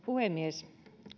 puhemies